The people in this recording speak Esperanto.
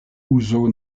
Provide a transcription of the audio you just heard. uzo